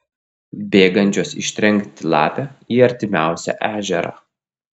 bėgančios ištrenkti lapę į artimiausią ežerą